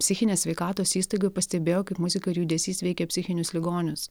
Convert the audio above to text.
psichinės sveikatos įstaigoj pastebėjo kaip muzika ir judesys veikia psichinius ligonius